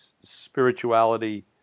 spirituality